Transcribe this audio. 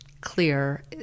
clear